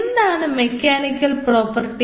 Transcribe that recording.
എന്താണ് mechanical property